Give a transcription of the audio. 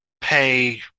pay